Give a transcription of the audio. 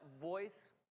voice